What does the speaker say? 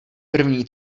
první